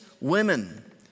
women